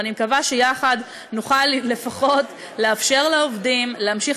ואני מקווה שיחד נוכל לפחות לאפשר לעובדים להמשיך